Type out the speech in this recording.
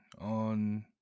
on